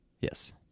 Yes